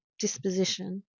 disposition